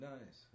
Nice